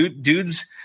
dudes